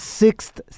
sixth